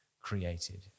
created